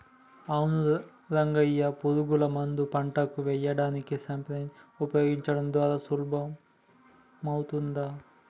అవును రంగయ్య పురుగుల మందు పంటకు ఎయ్యడానికి స్ప్రయెర్స్ నీ ఉపయోగించడం ద్వారా సులభమవుతాది